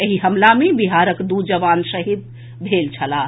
एहि हमला मे बिहारक दू जवान शहीद भेल छलाह